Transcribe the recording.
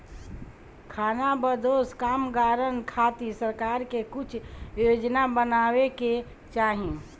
खानाबदोश कामगारन खातिर सरकार के कुछ योजना बनावे के चाही